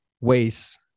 ways